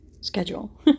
schedule